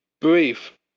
brief